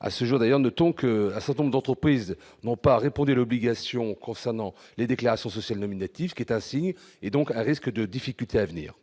à ce jour d'ailleurs, notons que à ça tombe d'entreprises n'ont pas répondu l'obligation concernant les déclaration sociale nominative qui est assigné et donc un risque de difficultés à venir,